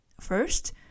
first